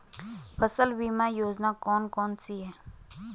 फसल बीमा योजनाएँ कौन कौनसी हैं?